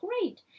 great